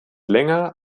länger